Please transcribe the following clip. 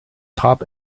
top